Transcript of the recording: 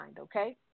okay